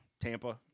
tampa